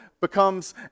becomes